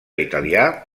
italià